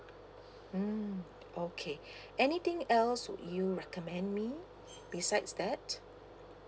mm okay anything else would you recommend me besides that